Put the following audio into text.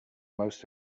most